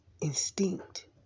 instinct